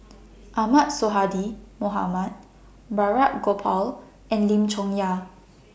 Ahmad Sonhadji Mohamad Balraj Gopal and Lim Chong Yah